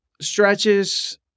stretches